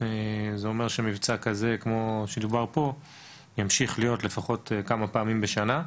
זה אומר שמבצע כזה כמו שדובר פה ימשיך להיות לפחות כמה פעמים בשנה.